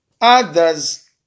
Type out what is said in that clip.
others